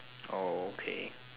oh okay